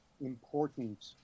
important